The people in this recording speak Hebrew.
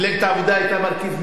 מפלגת העבודה היתה מרכיב מרכזי,